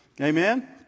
Amen